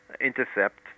intercept